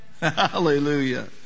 Hallelujah